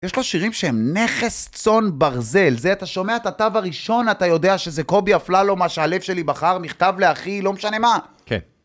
יש לו שירים שהם נכס צאן ברזל, זה אתה שומע את התו הראשון אתה יודע שזה קובי אפללו מה שהלב שלי בחר, מכתב לאחי, לא משנה מה. כן.